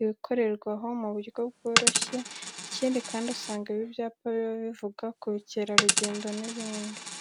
ibikorerwa aho mu buryo bworoshye. Ikindi kandi usanga ibi byapa biba bivuga ku bukerarugendo n'ibindi.